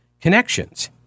connections